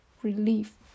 Relief